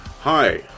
hi